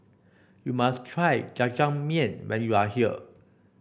you must try Jajangmyeon when you are here